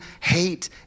hate